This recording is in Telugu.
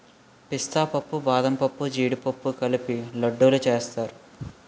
పిస్తా పప్పు బాదంపప్పు జీడిపప్పు కలిపి లడ్డూలు సేస్తారు